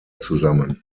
zusammen